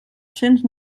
cents